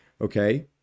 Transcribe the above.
okay